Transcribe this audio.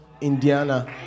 indiana